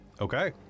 Okay